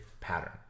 pattern